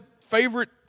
favorite